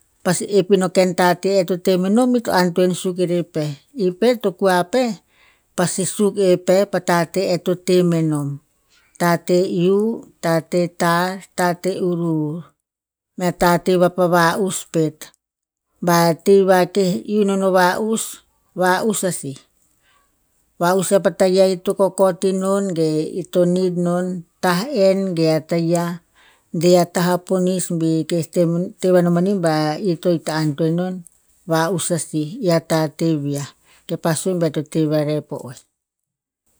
Pasi epina ken tateh eto temenom ito antoen sukurer pe. I pe o kua peh, pasi suk eh pe pa taten e to temenom. Tateh iuh, tateh tarr, tateh u rur mea tateh vapan va'us pet. Ba ti vakeh iuh non ova'us, va'us a sih. Va'us a taia i to kokot inon ge ito need non, tah enn ge a taia. Deh a tah ponis be te keh te veh non mani ba ito ita antoen non, va'us a sih i a tateh viah. Keh pa sue ba eh to teh vareh po oeh.